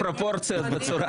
תודה.